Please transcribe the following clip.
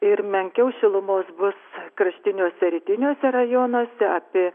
ir menkiau šilumos bus kraštiniuose rytiniuose rajonuose apie